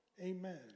Amen